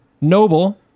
noble